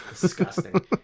Disgusting